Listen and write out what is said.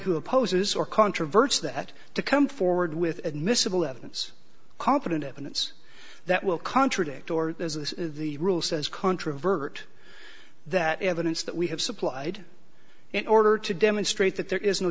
who opposes or controverts that to come forward with admissible evidence competent evidence that will contradict or as the rule says controvert that evidence that we have supplied in order to demonstrate that there is no